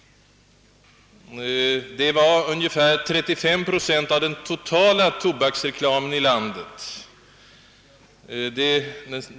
Det var visserligen ungefär 35 procent av den totala tobaksreklamen i landet men reklambeloppet i sig är ju stort.